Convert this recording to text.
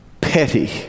petty